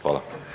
Hvala.